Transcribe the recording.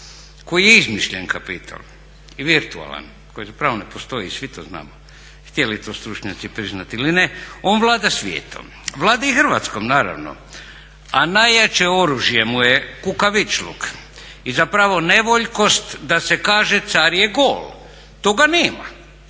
koji je izmišljen kapital i virtualan, koji zapravo ne postoji i svi to znamo, htjeli to stručnjaci priznat ili ne, on vlada svijetom, vlada i Hrvatskom naravno, a najjače oružje mu je kukavičluk i zapravo nevoljkost da se kaže car je gol. Toga nema,